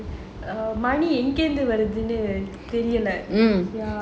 எங்க இருந்து வருதுன்னு தெரில:enga irunthu varuthunu terila